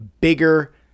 bigger